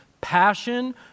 Passion